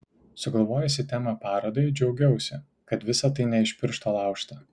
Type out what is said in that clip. sugalvojusi temą parodai džiaugiausi kad visa tai ne iš piršto laužta